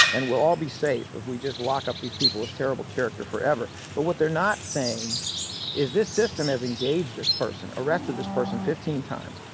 and we'll all be safe if we just lock up these people of terrible character forever. but what they're not saying is this system has engaged this person, arrested this person fifteen times,